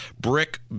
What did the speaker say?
brick